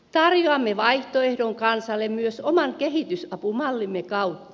tarjoamme vaihtoehdon kansalle myös oman kehitysapumallimme kautta